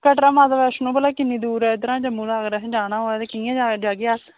कटरा माता वैष्णो भला किन्नी दूर ऐ इद्धरा जम्मू दा अगर असें जाना होऐ ते कि'यां जा जाह्गे अस